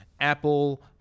Apple